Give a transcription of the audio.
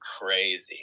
crazy